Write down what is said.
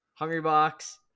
Hungrybox